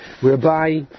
whereby